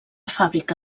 fàbrica